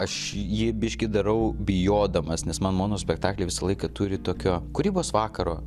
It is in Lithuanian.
aš jį biškį darau bijodamas nes man monospektakliai visą laiką turi tokio kūrybos vakaro